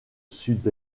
sud